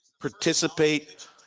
participate